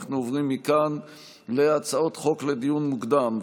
אנחנו עוברים מכאן להצעות חוק לדיון מוקדם.